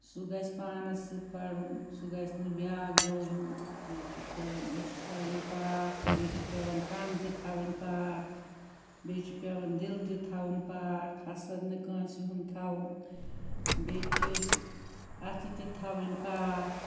سُہ گژھہِ پانَس سۭتۍ پَرُن سُہ گژھہِ نہٕ بیٛاکھ بوزُن بیٚیہِ چھِ پیٚوان أچھ تھاونہِ پاک بیٚیہِ چھِ پیٚوان کَن تہِ تھاوٕنۍ پاک بیٚیہِ چھُ پیٚوان دِل تہِ تھاوُن پاکا حسد نہٕ کٲنسہِ ہنٛد تھاوُن بیٚیہِ چھِ أسۍ اَتھہٕ تہِ تھاوٕنۍ پاک